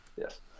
Yes